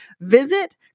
visit